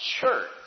church